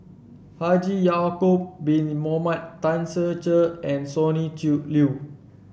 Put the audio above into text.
Haji Ya'acob Bin Mohamed Tan Ser Cher and Sonny Liew